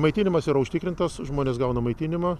maitinimas yra užtikrintas žmonės gauna maitinimą